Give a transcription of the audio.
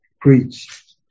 preach